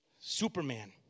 Superman